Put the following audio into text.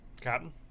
Captain